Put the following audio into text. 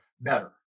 better